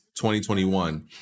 2021